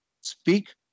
speak